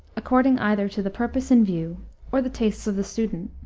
according either to the purpose in view or the tastes of the student.